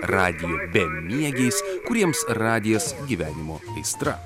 ragino bemiegiais kuriems radijas gyvenimo aistra